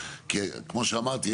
כמו שאמרתי,